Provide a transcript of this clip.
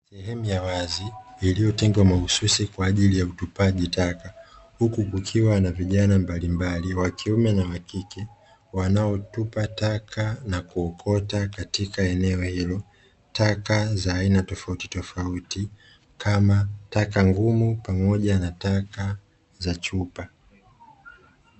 Sehemu ya wazi iliyotengwa mahususi kwa ajili ya utupaji taka, huku kukiwa na vijana mbalimbali wa kiume na wakike wanaotupa taka na kuokota katika eneo hilo. Taka za aina tofautitofauti kama taka ngumu pamoja na taka za chupa.